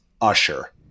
Usher